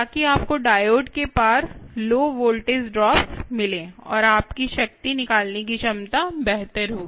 ताकि आपको डायोड के पार लो वोल्टेज ड्रॉप्स मिलें और आपकी शक्ति निकालने की क्षमता बेहतर होगी